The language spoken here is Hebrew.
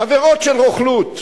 עבירות של רוכלות.